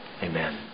Amen